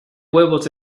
huevos